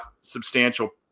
substantial